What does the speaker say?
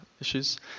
issues